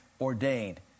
ordained